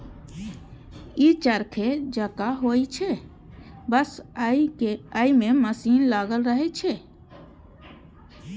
ई चरखे जकां होइ छै, बस अय मे मशीन लागल रहै छै